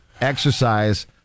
exercise